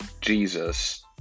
Jesus